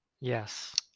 Yes